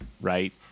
right